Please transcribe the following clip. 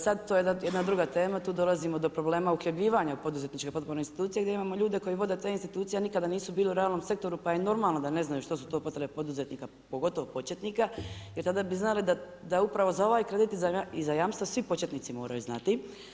Sad to je jedna druga tema, tu dolazimo do problema uhljebljivanja poduzetničke potpune institucije gdje imamo ljude koji vode te institucije a nikada nisu bili u realnom sektoru pa je normalno da ne znaju što su to potrebe poduzetnika, pogotovo početnika, jer tada bi znali da upravo za ovaj kredit i za jamstva svi početnici moraju znati.